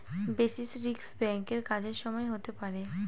basis risk ব্যাঙ্কের কাজের সময় হতে পারে